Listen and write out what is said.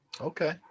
Okay